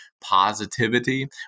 positivity